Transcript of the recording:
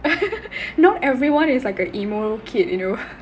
not everyone is like a emotional kid you know